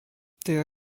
they